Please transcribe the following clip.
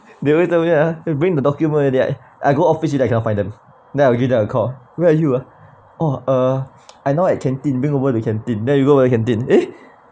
they always tell me ah bring the document already right I go office I can't find them then I'll give them a call where are you ah oh uh I now at canteen bring over to canteen then we go to canteen eh